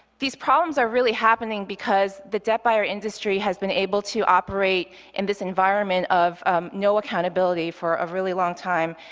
these problems are really happening because the debt buyer industry has been able to operate in this environment of no accountability for a really long time,